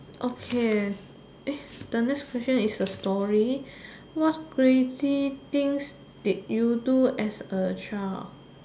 okay eh the next question is a story what crazy things did you do as a child